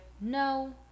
No